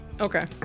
Okay